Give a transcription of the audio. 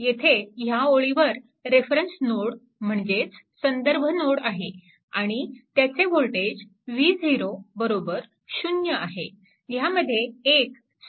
येथे ह्या ओळीवर रेफरेंस नोड म्हणजेच संदर्भ नोड आहे आणि त्याचे वोल्टेज V0 0 आहे